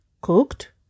cooked